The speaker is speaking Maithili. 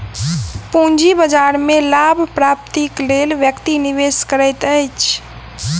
पूंजी बाजार में लाभ प्राप्तिक लेल व्यक्ति निवेश करैत अछि